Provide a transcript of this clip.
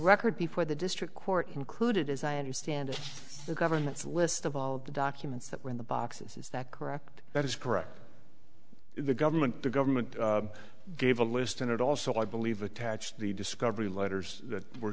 record before the district court concluded as i understand it the government's list of all of the documents that were in the boxes is that correct that is correct the government the government gave a list and it also i believe attached the discovery letters that were